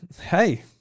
hey